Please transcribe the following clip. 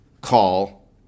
call